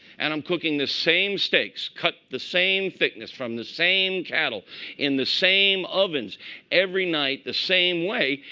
and i'm cooking the same steaks, cut the same thickness from the same cattle in the same ovens every night the same way,